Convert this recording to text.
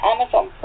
Amazon